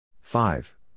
Five